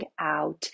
out